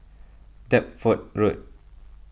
Deptford Road